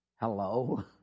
Hello